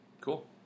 Cool